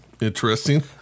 interesting